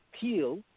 peel